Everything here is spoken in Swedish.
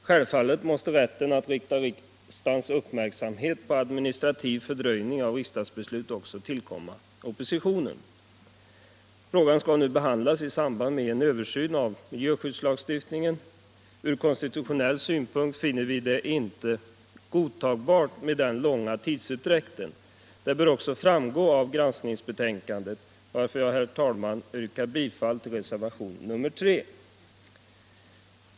Självfallet måste rätten att rikta riksdagens uppmärksamhet på administrativ fördröjning av riksdagsbeslut också tillkomma oppositionen. Frågan skall behandlas i samband med en översyn av miljöskyddslagstiftningen. Från konstitutionell synpunkt finner vi det inte godtagbart med den långa tidsutdräkten. Det bör också framgå av granskningsbetänkandet, varför jag, herr talman, yrkar bifall till reservationen 3.